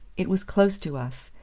it was close to us,